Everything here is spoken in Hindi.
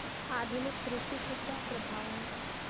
आधुनिक कृषि के क्या प्रभाव हैं?